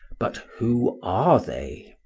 but who are they?